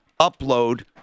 upload